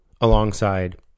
alongside